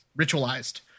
ritualized